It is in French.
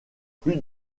plus